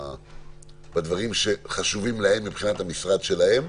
הדברים שחשובים להם מבחינת המשרד שלהם,